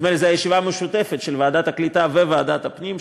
נדמה לי שזו הייתה ישיבה משותפת של ועדת הקליטה וועדת הפנים,